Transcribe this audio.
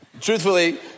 truthfully